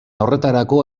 horretarako